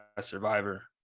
survivor